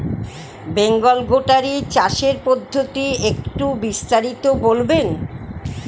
বেঙ্গল গোটারি চাষের পদ্ধতি একটু বিস্তারিত বলবেন?